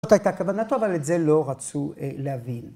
‫זאת הייתה כוונתו, ‫אבל את זה לא רצו להבין.